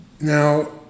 Now